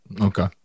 Okay